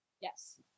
Yes